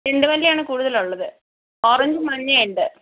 ചെണ്ടുമല്ലിയാണ് കൂടുതലുള്ളത് ഓറഞ്ചും മഞ്ഞയും ഉണ്ട്